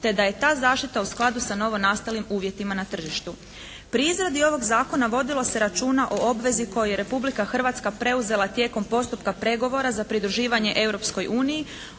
te da je ta zaštita u skladu sa novonastalim uvjetima na tržištu. Pri izradi ovog zakona vodilo se računa o obvezi koju je Republika Hrvatska preuzela tijekom postupka pregovora za pridruživanje Europskoj uniji